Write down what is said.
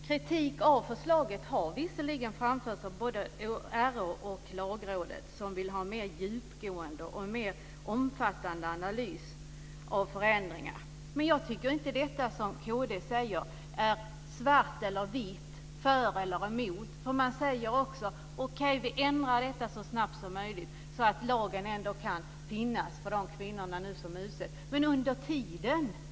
Kritik av förslaget har visserligen framförts av både RÅ och Lagrådet, som vill ha en mer djupgående och en mer omfattande analys av förändringarna, men jag tycker inte att det som kd säger handlar om svart eller vitt, för eller emot. Man säger också att man ändrar detta så snabbt som möjligt så att lagen ändå kan finnas för de utsatta kvinnorna.